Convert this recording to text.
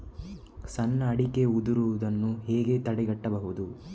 ಸಣ್ಣ ಅಡಿಕೆ ಉದುರುದನ್ನು ಹೇಗೆ ತಡೆಗಟ್ಟಬಹುದು?